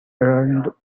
roundabout